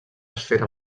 esfera